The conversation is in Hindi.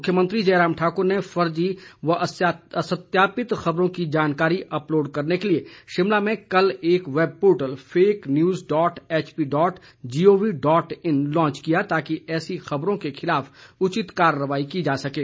मुख्यमंत्री जयराम ठाक्र ने फर्जी व असत्यापित ख़बरों की जानकारी अपलोड करने के लिए शिमला में कल एक web portal fake news dot HP dot G O V dot in launch किया ताकि ऐसी ख़बरों के खिलाफ उचित कार्रवाई की जा सकें